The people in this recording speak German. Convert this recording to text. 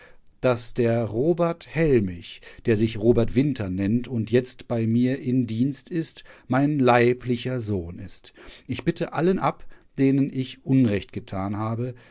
daß der robert hellmich der sich robert winter nennt und jetzt bei mir in dienst ist mein leiblicher sohn ist ich bitte allen ab denen ich unrecht getan habe